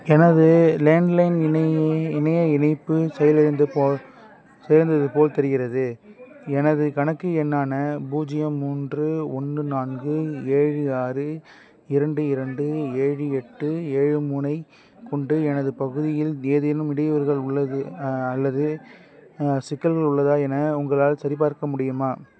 எனது லேண்ட்லைன் இணைய இணைய இணைப்பு செயலிழந்தது போல் செயலிழந்தது போல் தெரிகின்றது எனது கணக்கு எண்ணான பூஜ்ஜியம் மூன்று ஒன்று நான்கு ஏழு ஆறு இரண்டு இரண்டு ஏழு எட்டு ஏழு மூணை கொண்டு எனது பகுதியில் ஏதேனும் இடையூறுகள் உள்ளது அல்லது சிக்கல்கள் உள்ளதா என உங்களால் சரிபார்க்க முடியுமா